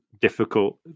difficult